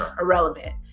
irrelevant